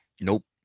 nope